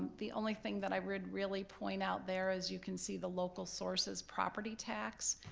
the only thing that i would really point out there, as you can see, the local sources property tax,